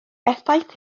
effaith